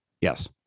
Yes